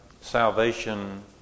salvation